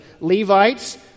Levites